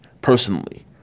personally